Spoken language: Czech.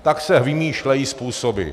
Tak se vymýšlejí způsoby.